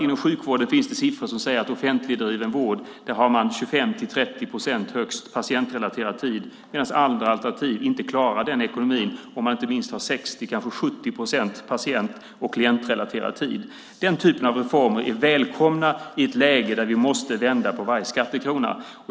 Inom sjukvården finns siffror som säger att man i offentligdriven vård har högst 25-30 procent patientrelaterad tid medan andra alternativ inte klarar ekonomin om man inte har minst 60, kanske 70 procent patient och klientrelaterad tid. Denna typ av reformer är välkomna i ett läge där vi måste vända på varje skattekrona.